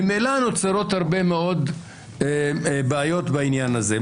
ממילא נוצרות הרבה מאוד בעיות בעניין הזה.